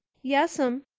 yes'm,